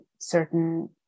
certain